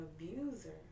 abuser